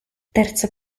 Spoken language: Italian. terza